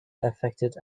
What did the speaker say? affected